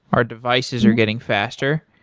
our devices are getting faster,